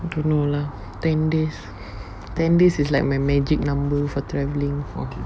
I don't know lah ten days ten days is like my magic number for travelling